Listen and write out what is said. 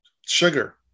Sugar